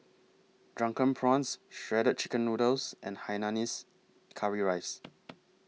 Drunken Prawns Shredded Chicken Noodles and Hainanese Curry Rice